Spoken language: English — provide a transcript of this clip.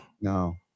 no